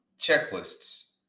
checklists